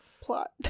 plot